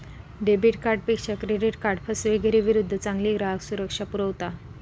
debit कार्डपेक्षा credit card फसवेगिरीविरुद्ध चांगली ग्राहक सुरक्षा पुरवता